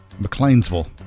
McLeansville